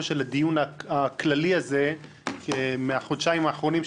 של הדיון הכללי הזה בחודשיים האחרונים,